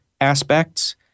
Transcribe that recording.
aspects